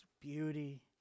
beauty